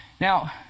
Now